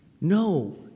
No